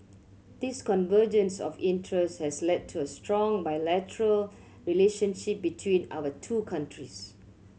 this convergence of interests has led to a strong bilateral relationship between our two countries